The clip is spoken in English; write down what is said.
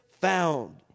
found